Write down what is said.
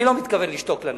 אני לא מתכוון לשתוק לנצח.